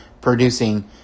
producing